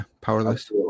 Powerless